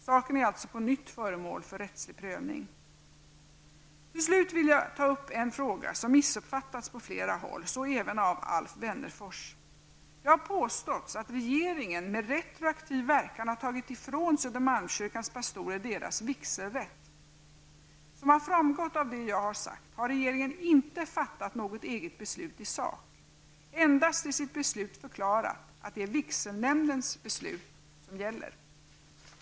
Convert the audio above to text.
Saken är alltså på nytt föremål för rättslig prövning. Till slut vill jag ta upp en fråga som missuppfattats på flera håll -- så även av Alf Wennerfors. Det har påståtts att regeringen med retroaktiv verkan har tagit ifrån Södermalmskyrkans pastorer deras vigselrätt. Som har framgått av det jag har sagt, har regeringen inte fattat något eget beslut i sak, endast i sitt beslut förklarat att det är vigselnämndens beslut som gäller.